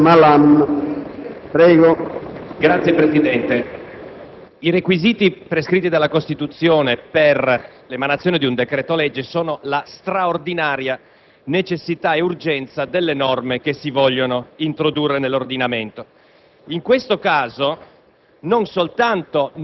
Ne ha facoltà. MALAN *(FI)*. Signor Presidente, i requisiti prescritti dalla Costituzione per l'emanazione di un decreto-legge sono la straordinaria necessità ed urgenza delle norme che si vogliono introdurre nell'ordinamento.